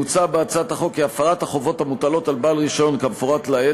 מוצע בהצעת החוק כי הפרת החובות המוטלות על בעל רישיון כמפורט לעיל